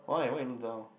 why why you look down